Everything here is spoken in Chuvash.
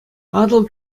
атӑл